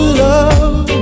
love